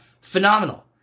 phenomenal